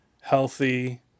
healthy